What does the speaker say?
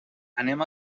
anem